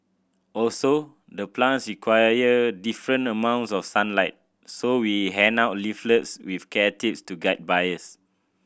also the plants require different amounts of sunlight so we hand out leaflets with care tips to guide buyers